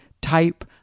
type